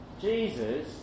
Jesus